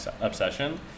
obsession